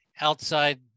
outside